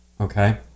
Okay